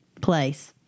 place